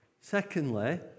secondly